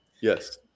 Yes